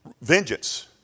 vengeance